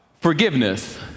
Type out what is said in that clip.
forgiveness